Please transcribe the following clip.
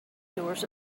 doors